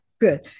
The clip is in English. Good